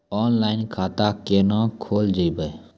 Online खाता केना खोलभैबै?